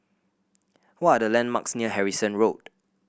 what are the landmarks near Harrison Road